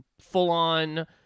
full-on